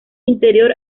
interior